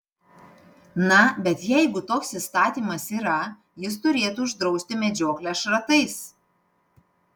na bet jeigu toks įstatymas yra jis turėtų uždrausti medžioklę šratais